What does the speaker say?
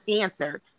answer